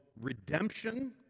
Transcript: redemption